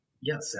Yes